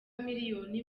miliyoni